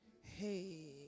Hey